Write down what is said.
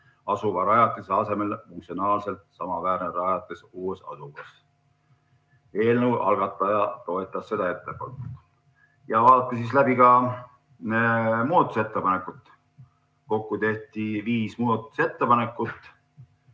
asuva rajatise asemel funktsionaalselt samaväärne rajatis uues asukohas. Eelnõu algataja toetas ettepanekut. Vaadati läbi ka muudatusettepanekud. Kokku tehti viis muudatusettepanekut